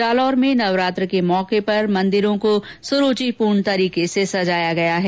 जालौर में नवरात्र के मौके पर मंदिरों को सुरूचिपूर्ण तरीके से सजाया गया है